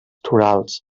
torals